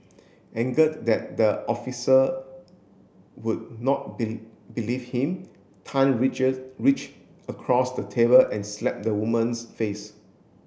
angered that the officer would not believe him Tan reach across the table and slapped the woman's face